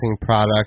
product